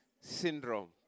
syndrome